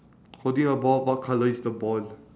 holding a ball what colour is the ball